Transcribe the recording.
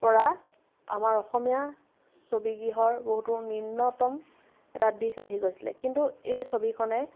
পৰা আমাৰ অসমীয়া ছবিগৃহৰ বহুতো নিম্নতম এটা দিশ আহি গৈছিলে কিন্তু এই ছবিখনে